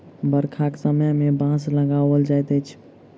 बरखाक समय मे बाँस लगाओल जाइत अछि